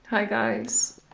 hi guys